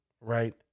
right